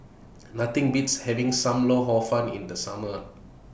Nothing Beats having SAM Lau Hor Fun in The Summer